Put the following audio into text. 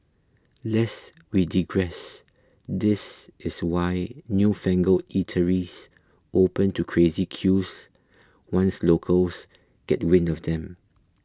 lest we digress this is why newfangled eateries open to crazy queues once locals get wind of them